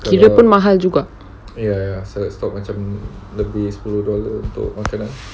kira pun mahal juga